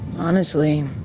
honestly.